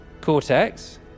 Cortex